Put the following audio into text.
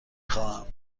خواهم